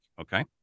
okay